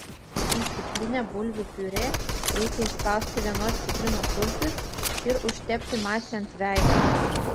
į stiklinę bulvių piurė reikia išspausti vienos citrinos sultis ir užtepti masę ant veido